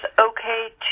okay